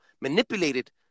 manipulated